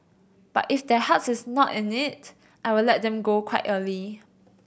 but if their heart is not in it I will let them go quite early